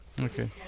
okay